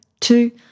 two